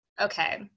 okay